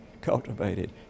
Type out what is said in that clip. cultivated